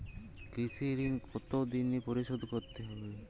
কৃষি ঋণ কতোদিনে পরিশোধ করতে হবে?